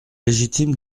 légitime